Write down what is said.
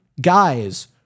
guys